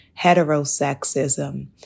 heterosexism